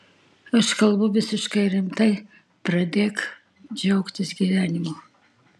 aš kalbu visiškai rimtai pradėk džiaugtis gyvenimu